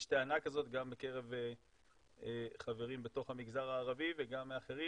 יש טענה כזאת גם בקרב חברים בתוך המגזר הערבי וגם מאחרים,